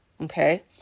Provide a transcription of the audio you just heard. okay